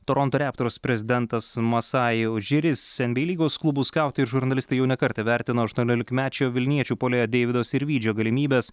toronto raptors prezidentas masaj ožiris nba lygos klubų skautai ir žurnalistai jau ne kartą vertino aštuoniolikmečio vilniečių puolėjo deivido sirvydžio galimybes